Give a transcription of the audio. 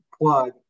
plug